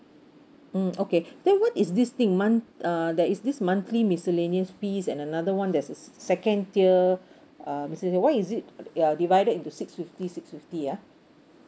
mm okay then what is this thing month~ uh there is this monthly miscellaneous fees and another one there's second tier um miscellaneous why is it uh divided into six fifty six fifty ah